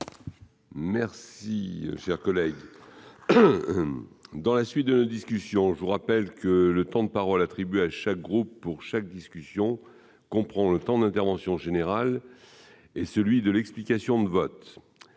Mes chers collègues, je vous rappelle que le temps de parole attribué à chaque groupe pour chaque discussion comprend le temps de l'intervention générale et celui de l'explication de vote.